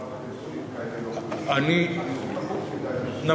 אילן, אני מצביע בעדך.